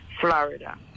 Florida